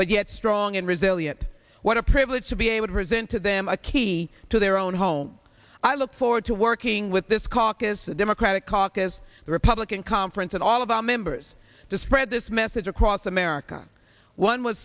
but yet strong and resilient what a privilege to be able to present to them a key to their own home i look forward to working with this caucus the democratic caucus the republican conference and all of our members to spread this message across america one was